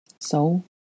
So